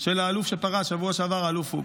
של האלוף שפרש בשבוע שעבר, האלוף פוקס,